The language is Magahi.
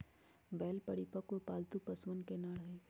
बैल परिपक्व, पालतू पशुअन के नर हई